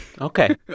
Okay